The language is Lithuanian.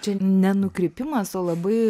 čia ne nukrypimas o labai